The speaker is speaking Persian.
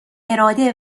اراده